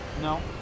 No